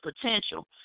potential